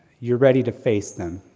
you're ready to face them,